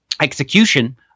execution